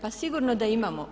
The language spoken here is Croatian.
Pa sigurno da imamo.